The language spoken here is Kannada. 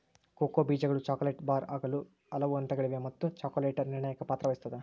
ಕೋಕೋ ಬೀಜಗಳು ಚಾಕೊಲೇಟ್ ಬಾರ್ ಆಗಲು ಹಲವು ಹಂತಗಳಿವೆ ಮತ್ತು ಚಾಕೊಲೇಟರ್ ನಿರ್ಣಾಯಕ ಪಾತ್ರ ವಹಿಸುತ್ತದ